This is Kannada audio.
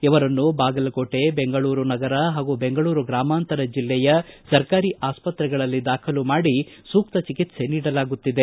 ಇವರನ್ನು ಬಾಗಲಕೋಟೆ ಬೆಂಗಳೂರು ನಗರ ಹಾಗೂ ಬೆಂಗಳೂರು ಗ್ರಾಮಾಂತರ ಜಿಲ್ಲೆಯ ಸರ್ಕಾರಿ ಆಸ್ಪತ್ರೆಗಳಲ್ಲಿ ದಾಖಲು ಮಾಡಿ ಸೂಕ್ತ ಚಿಕಿತ್ಸೆ ನೀಡಲಾಗುತ್ತಿದೆ